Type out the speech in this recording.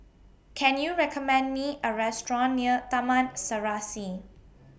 Can YOU recommend Me A Restaurant near Taman Serasi